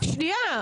שנייה.